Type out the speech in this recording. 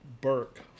Burke